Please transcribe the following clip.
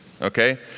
okay